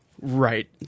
Right